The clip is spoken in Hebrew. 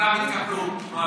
וכולם יתקפלו.